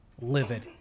livid